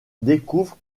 découvre